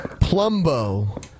Plumbo